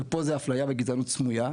ופה זה אפליה וגזענות סמויה,